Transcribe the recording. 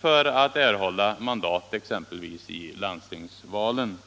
för att erhålla mandat exempelvis i landstingsvalen.